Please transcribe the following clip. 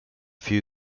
few